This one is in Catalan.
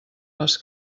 les